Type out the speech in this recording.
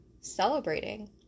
celebrating